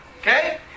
Okay